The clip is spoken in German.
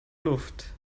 luft